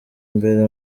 imbere